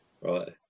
Right